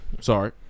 Sorry